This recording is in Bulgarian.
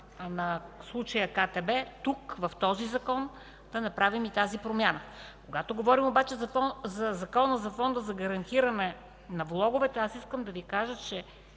на случая КТБ, тук, в този Закон, да направим и тази промяна. Когато говорим обаче за Закона за Фонда за гарантиране на влоговете, ще кажа, че